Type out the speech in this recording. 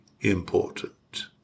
important